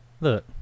Look